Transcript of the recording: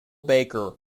baker